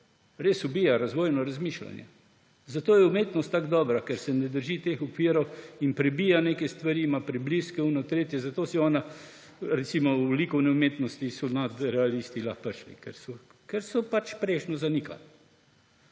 Res ubija razvojno razmišljanje. Zato je umetnost tako dobra, ker se ne drži teh okvirov in prebija neke stvari, ima prebliske, ono, tretje. Recimo v likovni umetnosti so nadrealisti lahko prišli, ker so pač prejšnje zanikali.